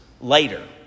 later